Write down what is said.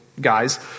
guys